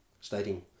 stating